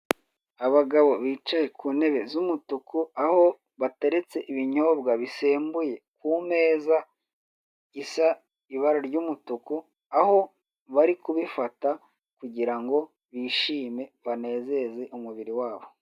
Abagabo bicaye ku ntebe z'umutuku aho bateretse ibinyobwa bisembuye ku meza isa ibara ry'umutuku, aho bari kubifata kugira ngo bishime banezeze umubiri wabo.